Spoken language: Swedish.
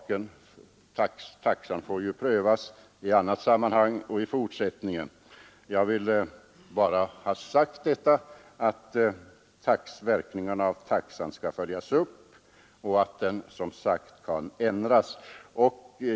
Taxan får prövas i fortsättningen. Jag vill bara ha sagt att verkningarna av taxan skall följas upp och att taxan kan ändras.